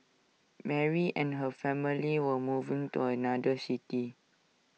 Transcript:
Mary and her family were moving to another city